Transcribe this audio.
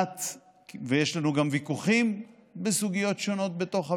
יש לנו גם ויכוחים בסוגיות שונות בתוך הוועדה,